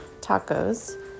tacos